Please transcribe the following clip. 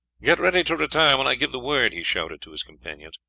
get ready to retire when i give the word! he shouted to his companions.